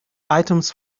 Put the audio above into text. items